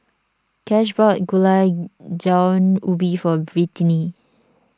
Cash bought Gulai Daun Ubi for Britni